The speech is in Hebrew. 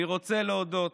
אני רוצה להודות